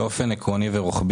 באופן עקרוני ורוחבי,